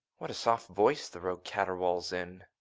what a soft voice the rogue caterwauls in.